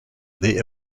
they